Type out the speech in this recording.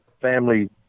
family